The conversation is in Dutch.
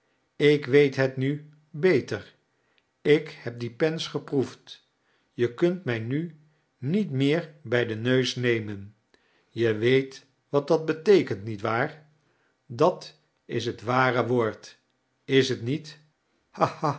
ik weet het nu beter ik heb die pens geproefd je kunt mij nu niet meer bij den neus nemen je weet wat dat beteekent nietwaar dat is het ware woord is t niet